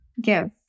give